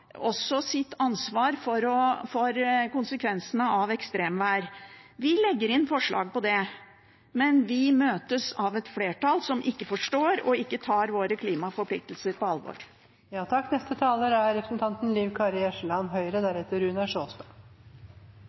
sitt ansvar for konsekvensene av ekstremvær. Vi legger inn forslag om det, men vi møtes av et flertall som ikke forstår og ikke tar våre klimaforpliktelser på alvor. Når eg tillèt meg å ta ordet ein gong til, er